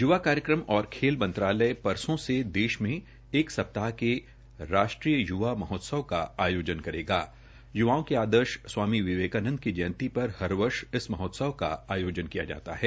य्वा कार्यक्रम और खेल मंत्रालय परसों देश में एक सप्ताह के राष्ट्रीय य्वा महोत्सव का आयोजन करेगा युवाओं के आदर्श स्वामी विवेकानंद की जयंती पर हर वर्ष इस महोत्सव का आयोजन किया जाता है